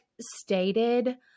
stated